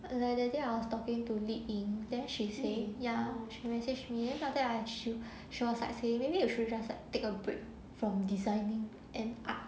like that day I was talking to li bing then she say ya she message me then after that she she was like say maybe you should just take a break from designing and art